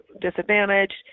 disadvantaged